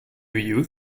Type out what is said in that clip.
you